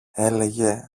έλεγε